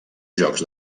jocs